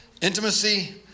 intimacy